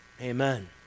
Amen